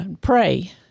pray